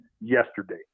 yesterday